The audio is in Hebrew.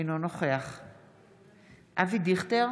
אינו נוכח סימון דוידסון, אינו נוכח אבי דיכטר,